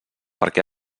perquè